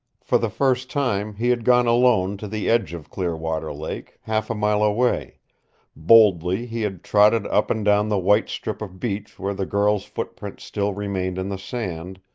for the first time he had gone alone to the edge of clearwater lake, half a mile away boldly he had trotted up and down the white strip of beach where the girl's footprints still remained in the sand,